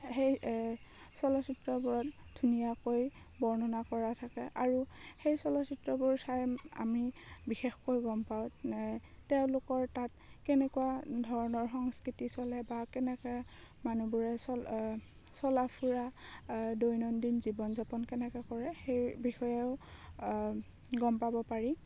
সেই চলচ্চিত্ৰবোৰত ধুনীয়াকৈ বৰ্ণনা কৰা থাকে আৰু সেই চলচ্চিত্ৰবোৰ চাই আমি বিশেষকৈ গম পাওঁ তেওঁলোকৰ তাত কেনেকুৱা ধৰণৰ সংস্কৃতি চলে বা কেনেকৈ মানুহবোৰে চ চলা ফুৰা দৈনন্দিন জীৱন যাপন কেনেকৈ কৰে সেই বিষয়েও গম পাব পাৰি